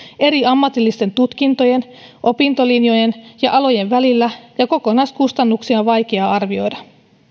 eri ammatillisten tutkintojen opintolinjojen ja alojen välillä ja kokonaiskustannuksia on vaikea arvioida